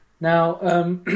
Now